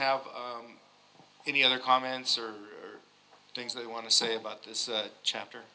have any other comments or things they want to say about this chapter